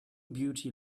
beauty